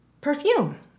Perfume